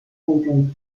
hellgelb